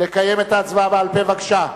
לקיים את ההצבעה בעל-פה בבקשה.